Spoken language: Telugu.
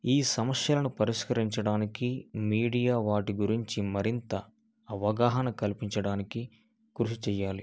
ఈ సమస్యలను పరిష్కరించడానికి మీడియా వాటి గురించి మరింత అవగాహన కల్పించడానికి కృషి చేయాలి